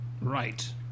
Right